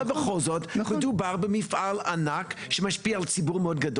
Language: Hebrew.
אבל בכל זאת מדובר במפעל ענק שמשפיע על ציבור מאוד גדול